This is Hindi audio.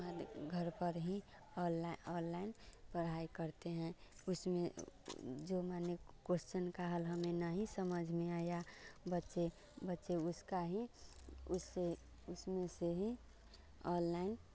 घर पर ही ऑनलाई ऑनलाइन पढ़ाई करते हैं उसमें जो माने कोश्चन का हल हमें नाही समझ में आया बच्चे बच्चे उसका ही उसे उसमें से ही ऑनलाइन